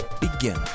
begin